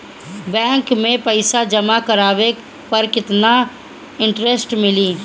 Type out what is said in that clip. Bank में पईसा जमा करवाये पर केतना इन्टरेस्ट मिली?